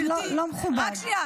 זה לא מכובד.